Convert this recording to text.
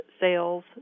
sales